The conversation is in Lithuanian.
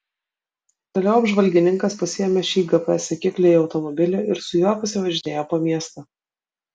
toliau apžvalgininkas pasiėmė šį gps sekiklį į automobilį ir su juo pasivažinėjo po miestą